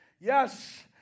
Yes